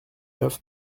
neuf